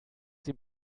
sie